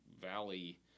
valley